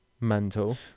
mental